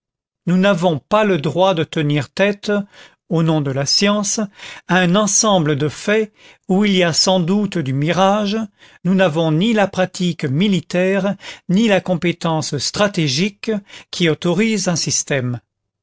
nous n'avons pas le droit de tenir tête au nom de la science à un ensemble de faits où il y a sans doute du mirage nous n'avons ni la pratique militaire ni la compétence stratégique qui autorisent un système